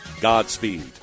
Godspeed